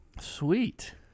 Sweet